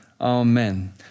Amen